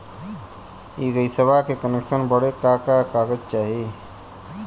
इ गइसवा के कनेक्सन बड़े का का कागज चाही?